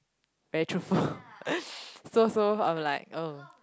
very truthful so so I'm like !ugh!